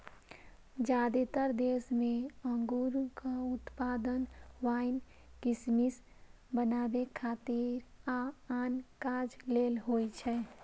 जादेतर देश मे अंगूरक उत्पादन वाइन, किशमिश बनबै खातिर आ आन काज लेल होइ छै